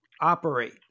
operate